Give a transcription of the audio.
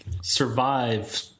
survive